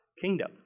kingdom